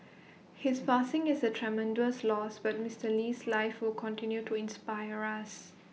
his passing is A tremendous loss but Mister Lee's life will continue to inspire us